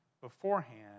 beforehand